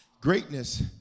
Greatness